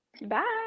Bye